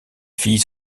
filles